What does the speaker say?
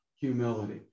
humility